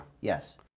Yes